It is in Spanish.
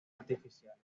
artificiales